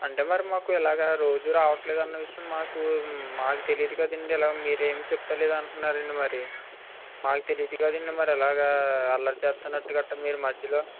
అంటే మరి మాకు ఇలాగ రోజు రావట్లేదన్న విషయం మాకు మాకు తెలియదు కదండి ఇలాగ మీరు ఏమి చెప్తలేదు అంటున్నాడు అండి మరి మాకు తెలియదు కదండి మరి ఇలాగ అల్లరి చేస్తున్నట్టుగా అట్ల మీరు మధ్యలో